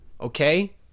Okay